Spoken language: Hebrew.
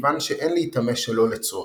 מכיוון שאין להיטמא שלא לצורך,